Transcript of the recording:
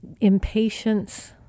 impatience